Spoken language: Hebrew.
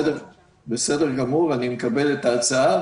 בסדר גמור, אני מקבל את ההצעה.